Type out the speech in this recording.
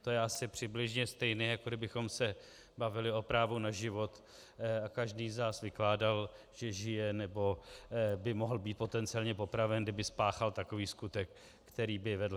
To je asi přibližně stejné, jako kdybychom se bavili o právu na život a každý z nás vykládal, že žije nebo by mohl být potenciálně popraven, kdyby spáchal takový skutek, který by k tomu vedl.